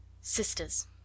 Sisters